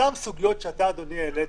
אותן סוגיות שאתה העלית,